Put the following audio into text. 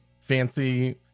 fancy